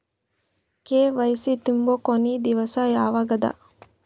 KYC ತುಂಬೊ ಕೊನಿ ದಿವಸ ಯಾವಗದ?